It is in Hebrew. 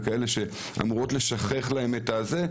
שאמורות לשכך להם את הזה,